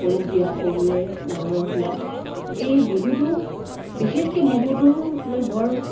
সৰুক দিয়া সৰুয়ে ডাঙৰক দিয়া এই বিহুটো বিশেষকৈ বিহুটো লৈ বৰ